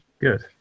Good